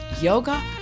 yoga